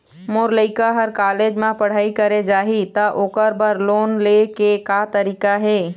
मोर लइका हर कॉलेज म पढ़ई करे जाही, त ओकर बर लोन ले के का तरीका हे?